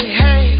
hey